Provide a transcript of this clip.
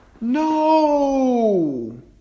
No